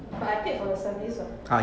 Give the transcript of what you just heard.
but I paid for the service [what]